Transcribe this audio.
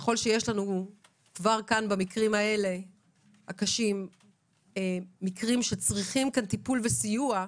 ככל שיש במקרים הקשים האלה מקרים שצריכים טיפול וסיוע,